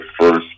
first